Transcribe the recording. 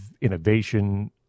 innovation